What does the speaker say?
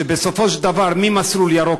ובסופו של דבר ממסלול ירוק,